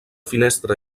finestra